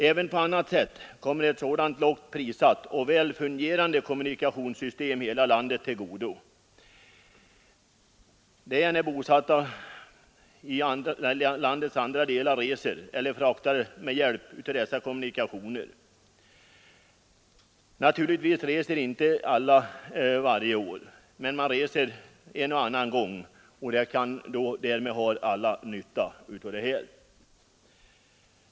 Även på annat sätt kommer ett sådant lågt prissatt och väl fungerande kommunikationssystem hela landet till godo, nämligen när de som är bosatta i landets övriga delar reser eller fraktar med hjälp av dessa kommunikationer. Naturligtvis reser inte alla varje år, men man reser en och annan gång, och därmed har alla nytta av systemet.